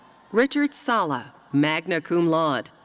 richard sala, magna cum laude.